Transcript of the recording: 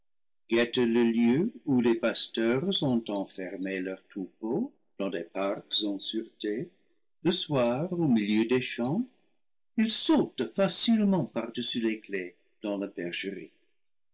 guette le lieu où les pasteurs ont enfermé leurs troupeaux dans des parcs en sûreté le soir au milieu des champs il saute facilement par-dessus les claies dans la bergerie